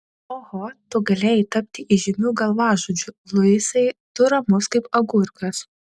oho tu galėjai tapti įžymiu galvažudžiu luisai tu ramus kaip agurkas